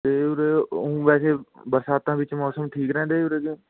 ਅਤੇ ਉਰੇ ਊਂ ਵੈਸੇ ਬਰਸਾਤਾਂ ਵਿੱਚ ਮੌਸਮ ਠੀਕ ਰਹਿੰਦਾ ਜੀ ਉਰੇ ਦਾ